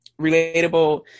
relatable